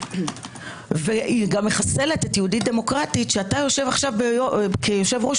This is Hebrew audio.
וגם מחסלת את יהודית דמוקרטית שאתה יושב כיושב-ראש